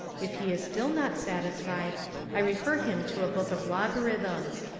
if he is still not satisfied i refer him to a book of logarithms.